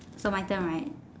so my turn right